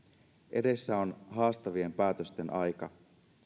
edessä on haastavien päätösten aika